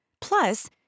Plus